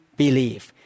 believe